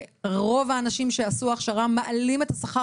שרוב האנשים שעשו הכשרה מעלים את השכר